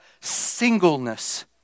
singleness